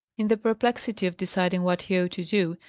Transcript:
in the perplexity of deciding what he ought to do,